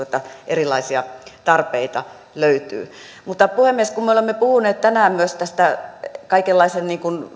että erilaisia tarpeita löytyy mutta puhemies kun me olemme puhuneet tänään myös tästä kaikenlaisesta